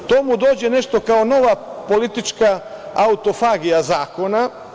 To mu dođe nešto kao nova politička autofagija zakona.